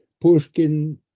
Pushkin